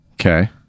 Okay